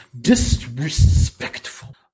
Disrespectful